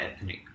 ethnic